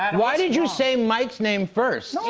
and why did you say mike's name first?